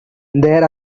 their